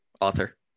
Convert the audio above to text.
author